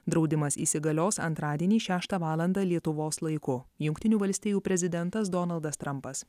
draudimas įsigalios antradienį šeštą valandą lietuvos laiku jungtinių valstijų prezidentas donaldas trampas